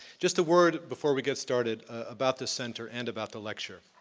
just a word before we get started about the center, and about the lecture.